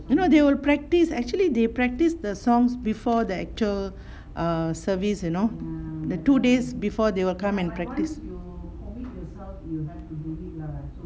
you know they will practice actually they practice the songs before the actual err service you know the two days before they will come and practice